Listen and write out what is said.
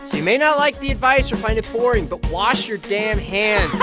you may not like the advice or find it boring, but wash your damn hands